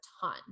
ton